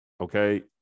Okay